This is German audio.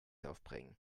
aufbringen